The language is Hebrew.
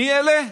מי אלה?